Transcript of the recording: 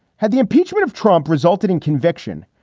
had the impeachment of trump resulted in conviction?